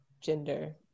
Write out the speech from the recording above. gender